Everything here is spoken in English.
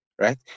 Right